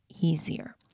easier